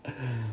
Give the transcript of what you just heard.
(uh huh)